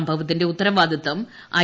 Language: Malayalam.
സംഭവത്തിന്റെ ഉത്തരവാദിത്വം ഐ